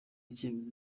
icyemezo